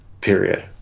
period